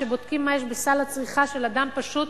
כשבודקים מה יש בסל הצריכה של אדם פשוט,